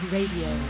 Radio